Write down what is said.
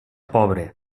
pobre